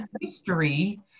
history